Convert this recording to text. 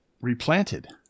Replanted